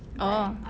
oh